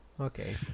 Okay